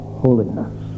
holiness